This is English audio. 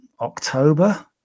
October